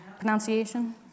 Pronunciation